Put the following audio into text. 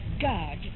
God